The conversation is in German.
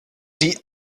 die